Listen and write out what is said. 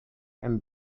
and